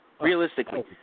realistically